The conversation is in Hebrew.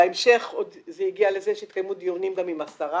בהמשך זה הגיע לזה שהתקיימו דיונים גם עם השרה,